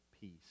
peace